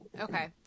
Okay